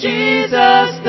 Jesus